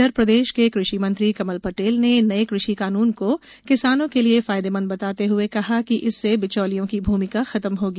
इधर प्रदेश के कृषि मंत्री कमल पटेल ने भी नए कृषि कानून को किसानों के लिए फायदेमंद बताते हुए कहा कि इससे बिचौलियों की भूमिका खत्म होगी